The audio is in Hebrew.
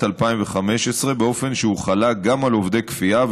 2015 באופן שהוחלה גם על עובדי כפייה,